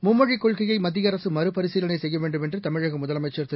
மும்மொழிக் கொள்கையை மத்திய அரசு மறுபரிசீலனை செய்ய வேண்டுமென்று தமிழக முதலமைச்சா் திரு